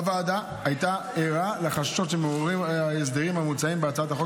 הוועדה הייתה ערה לחששות שמעוררים ההסדרים המוצעים בהצעת החוק